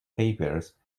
papers